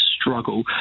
struggle